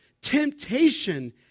Temptation